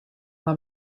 una